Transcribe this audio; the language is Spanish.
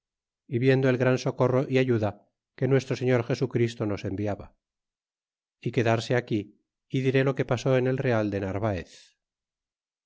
viendo el gran socorro e ayuda que nuestro señor jesu christo nos enviaba e quedarse aquí é diré lo que pasó en el real de narvaez